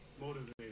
motivated